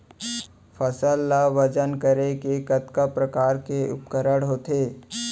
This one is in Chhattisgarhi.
फसल ला वजन करे के कतका प्रकार के उपकरण होथे?